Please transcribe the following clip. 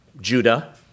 Judah